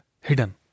hidden